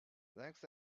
thanks